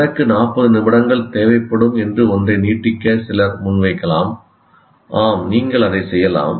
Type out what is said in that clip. எனக்கு 40 நிமிடங்கள் தேவைப்படும் என்று ஒன்றை நீட்டிக்க சிலர் முன்வைக்கலாம் ஆம் நீங்கள் அதை செய்யலாம்